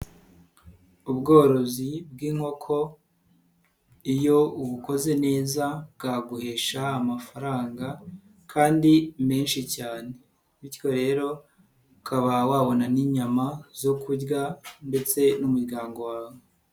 Ubworozi bw'inkoko iyo ubukoze neza bwaguhesha amafaranga kandi menshi cyane bityo rero ukaba wabona n'inyama zo kurya ndetse n'umuryango wawe.